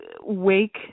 wake